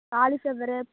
cauliflower